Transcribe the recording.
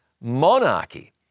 monarchy